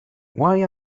why